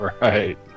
Right